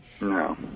No